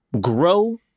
grow